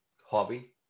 hobby